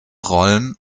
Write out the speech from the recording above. rollen